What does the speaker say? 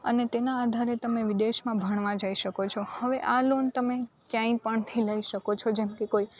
અને તેના આધારે તમે વિદેશ ભણવા જઈ શકો છો હવે આ લોન તમે ક્યાંય પણથી લઇ શકો છો જેમકે કોઈ